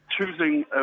choosing